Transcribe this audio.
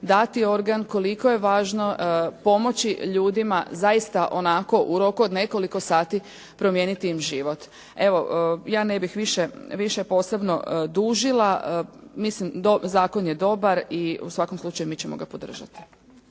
dati organ, koliko je važno pomoći ljudima, zaista onako u roku od nekoliko sati promijeniti im život. Evo, ja ne bih više, više posebno dužila, mislim, zakon je dobar i u svakom slučaju mi ćemo ga podržati.